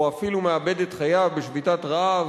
או אפילו מאבד את חייו בשביתת רעב,